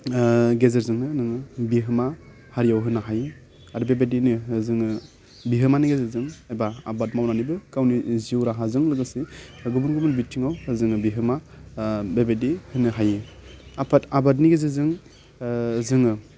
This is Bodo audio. ओह गेजेरजोंनो नोङो बिहोमा हारियाव होनो हायो आरो बेबायदिनो ओह जोङो बिहोमानि गेजेरजों एबा आबाद मावनानैबो गावनि जिउ राहाजों लोगोसे दा गुबुन गुबुन बिथिङाव जोङो बिहोमा ओह बेबायदि होनो हायो आफाद आबादनि गेजेरजों ओह जोङो